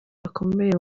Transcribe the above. bakomeye